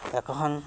একোখন